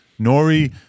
Nori